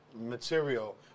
material